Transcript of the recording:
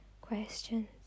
questions